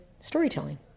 storytelling